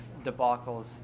debacles